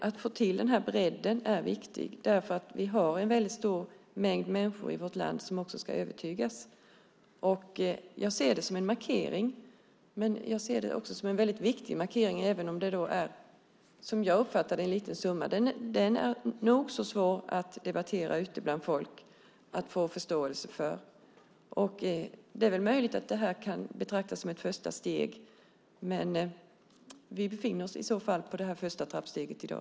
Att få till den här bredden är viktig, därför att det finns en väldigt stor mängd människor i vårt land som ska övertygas. Jag ser det som en markering, men som en väldigt viktig markering, även om det är en liten summa. Det är nog så svårt att debattera och få förståelse för det ute bland folk. Det är möjligt att det här kan betraktas som ett första steg, och vi befinner oss i så fall på det första trappsteget i dag.